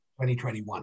2021